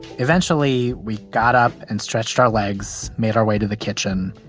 eventually, we got up and stretched our legs, made our way to the kitchen.